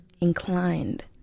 inclined